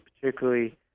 particularly